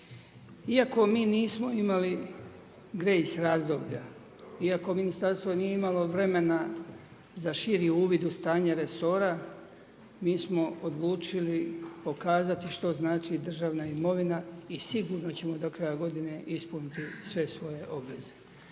se ne razumije./… razdoblja, iako ministarstvo nije imalo vremena za širi uvid u stanje resora, mi smo odlučili pokazati što znači državna imovina i sigurno ćemo do kraja godine ispuniti sve svoje obaveze.